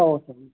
औ सार